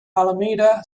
alameda